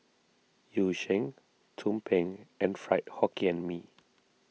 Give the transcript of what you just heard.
Yu Sheng Tumpeng and Fried Hokkien Mee